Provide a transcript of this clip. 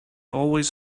always